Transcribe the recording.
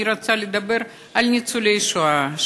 אני רוצה לדבר על ניצולי השואה.